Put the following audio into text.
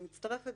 אני מצטרפת